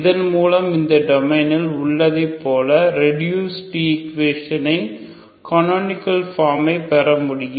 இதன்மூலம் இந்த டொமைனில் உள்ளதைப்போல ரெடூயூஸ்டு ஈக்குவேஷன் கனோனிகள் ஃபார்மை பெறமுடியும்